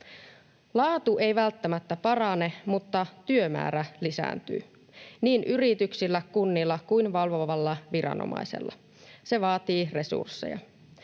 Laatu ei välttämättä parane, mutta työmäärä lisääntyy niin yrityksillä, kunnilla kuin valvovalla viranomaisella. Se vaatii resursseja.